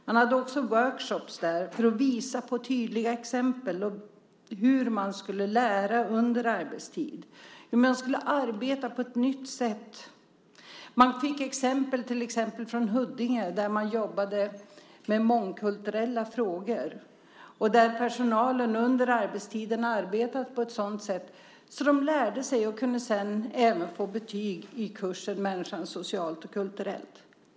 Där fanns också workshoppar för att genom tydliga exempel visa hur man skulle lära under arbetstid och arbeta på ett nytt sätt. Det gavs bland annat exempel från Huddinge där de jobbade med mångkulturella frågor och där personalen arbetade på ett sådant sätt att de samtidigt lärde sig. De kunde även få betyg i kursen Människan socialt och kulturellt.